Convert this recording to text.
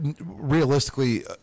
realistically